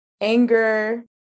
anger